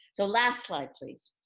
so last slide please.